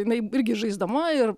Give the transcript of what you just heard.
jinai irgi žaisdama ir